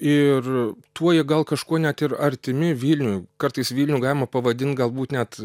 ir tuo jie gal kažkuo net ir artimi vilniui kartais vilnių galima pavadint galbūt net